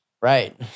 Right